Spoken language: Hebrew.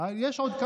יש עוד?